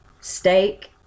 steak